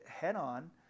head-on